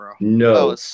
No